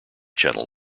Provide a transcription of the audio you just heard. channel